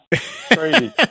Crazy